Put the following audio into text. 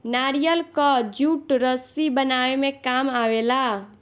नारियल कअ जूट रस्सी बनावे में काम आवेला